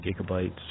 gigabytes